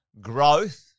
Growth